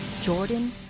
jordan